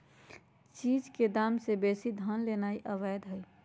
चीज के दाम से बेशी धन लेनाइ अवैध हई